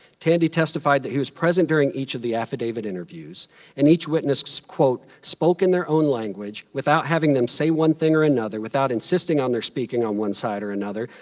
tandy testified that he was present during each of the affidavit interviews and each witness, quote, spoke in their own language without having them say one thing or another, without insisting on their speaking on one side or another,